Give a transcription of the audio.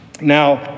Now